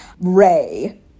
Ray